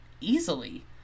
easily